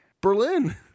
Berlin